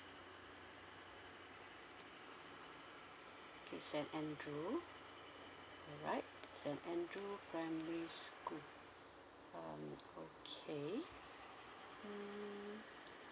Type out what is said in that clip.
okay saint andrew alright saint andrew primary school um okay mm